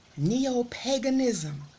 neo-paganism